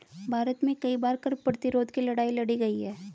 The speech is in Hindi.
भारत में कई बार कर प्रतिरोध की लड़ाई लड़ी गई है